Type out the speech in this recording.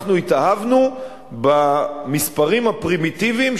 אנחנו התאהבנו במספרים הפרימיטיביים,